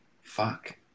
Fuck